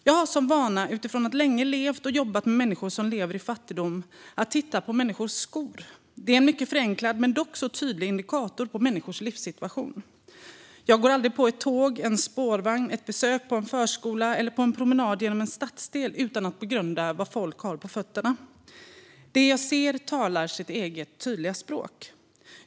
Jag har som vana, utifrån att länge ha levt och jobbat med människor som lever i fattigdom, att titta på människors skor. Det är en mycket förenklad men tydlig indikator på människors livssituation. Jag går aldrig på ett tåg eller en spårvagn, på ett besök på en förskola eller på en promenad genom en stadsdel utan att begrunda vad folk har på fötterna. Det jag ser talar sitt eget tydliga språk.